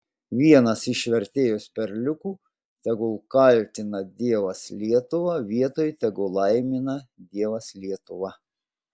vienas iš vertėjos perliukų tegul kaltina dievas lietuvą vietoj tegul laimina dievas lietuvą